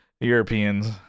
Europeans